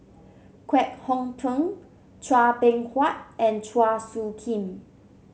Kwek Hong Png Chua Beng Huat and Chua Soo Khim